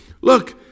look